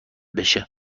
بشه